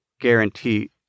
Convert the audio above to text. Guarantee